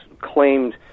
claimed